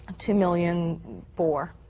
two million four.